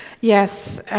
Yes